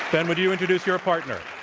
and would you introduce your partner?